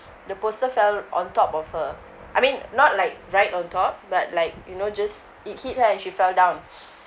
the poster fell on top of her I mean not like right on top but like you know just it hit her and she fell down